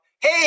Hey